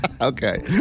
Okay